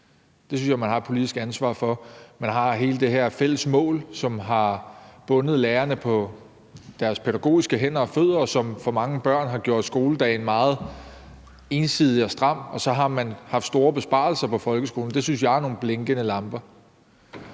Det synes jeg man har et politisk ansvar for. Man har hele det her fælles mål, som har bundet lærerne på hænder og fødder rent pædagogisk, og som for mange børn har gjort skoledagen meget ensidig og stram, og så har man gennemført store besparelser på folkeskolen. Der synes jeg, der er nogle advarselslamper,